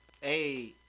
Hey